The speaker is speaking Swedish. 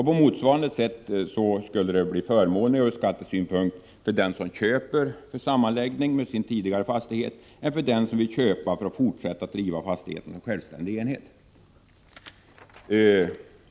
På motsvarande sätt skulle det bli förmånligare ur skattesynpunkt för den som köper ett jordbruk för sammanläggning med sin tidigare fastighet än för den som köper för att fortsätta att driva fastigheten som självständig enhet.